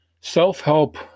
self-help